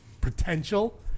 potential